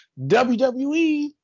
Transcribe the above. WWE